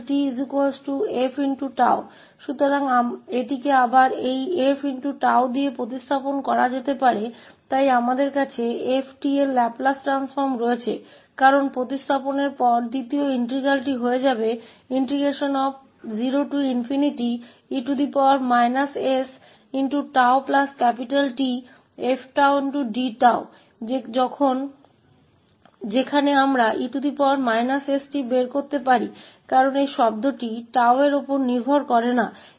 तो इसे फिर से इस f𝜏 से बदला जा सकता है इसलिए हमारे पास f𝑡 का लैपलेस ट्रांसफॉर्म है क्योंकि बदलने के बाद दूसरा इंटीग्रल 0e 𝜏Tf𝜏d𝜏 बन जाएगा जहां हम e sT निकाल सकते हैं क्योंकि यह शब्द 𝜏 पर निर्भर नहीं करता है